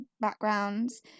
backgrounds